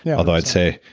yeah although i'd say,